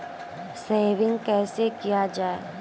Saving कैसै किया जाय?